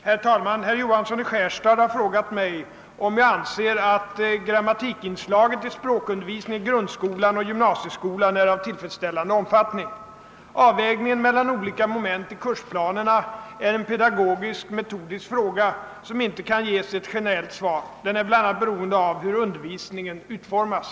Herr talman! Herr Johansson i Skärstad har frågat mig, om jag anser att grammatikinslaget i språkundervisningen i grundskolan och gymnasieskolan är av tillfredsställande omfattning. Avvägningen mellan olika moment i kursplanerna är en pedagogisk-metodisk fråga som inte kan ges ett generellt svar. Den är bl.a. beroende av hur undervisningen utformas.